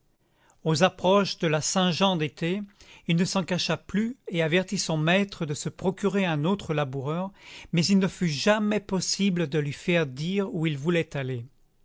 aux approches de la saint-jean d'été il ne s'en cacha plus et avertit son maître de se procurer un autre laboureur mais il ne fut jamais possible de lui faire dire où il voulait aller